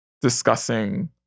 discussing